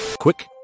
Quick